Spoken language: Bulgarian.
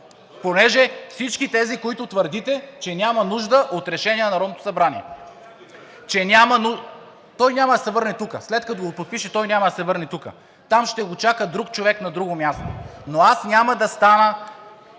Понеже всички тези, които твърдите, че няма нужда от решение на Народното събрание. (Реплики.) Той няма да се върне тук. След като го подпише, той няма да се върне тук. Там ще го чака друг човек на друго място. Но аз няма да стана